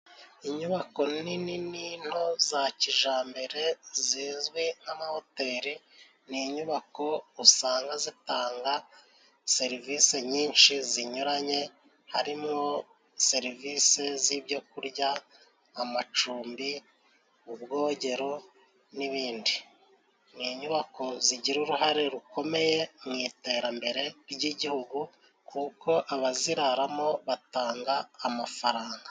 Inyubako nini n'into za kijambere zizwi nk'amahoteli ni inyubako usanga zitanga serivise nyinshi zinyuranye, harimo serivise z'ibyo kurya, amacumbi, ubwogero n'ibindi. Ni inyubako zigira uruhare rukomeye mu iterambere ry'igihugu kuko abaziraramo batanga amafaranga.